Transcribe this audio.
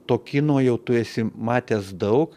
to kino jau tu esi matęs daug